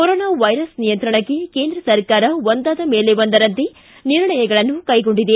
corona virus ನಿಯಂತ್ರಣಕ್ಕೆ ಕೇಂದ್ರ ಸರ್ಕಾರ ಒಂದಾದ ಮೇಲೆ ಒಂದರಂತೆ ನಿರ್ಣಯಗಳನ್ನು ಕೈಗೊಂಡಿದೆ